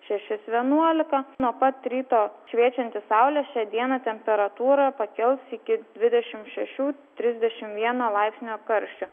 šešis vienuolika nuo pat ryto šviečianti saulė šią dieną temperatūra pakils iki dvidešimt šešių trisdešimt vieno laipsnio karščio